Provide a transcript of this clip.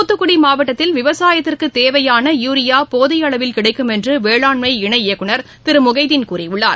துாத்துக்குடிமாவட்டத்தில் விவசாயத்திற்குதேவையான யூரியாபோதியஅளவில் கிடைக்கும் என்றுவேளாண்மை இணை இயக்குநர் திருமுகைதீன் கூறியுள்ளார்